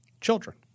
children